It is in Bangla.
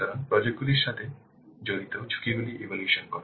সুতরাং প্রজেক্ট গুলির সাথে জড়িত ঝুঁকিগুলি ইভ্যালুয়েশন করা